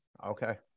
Okay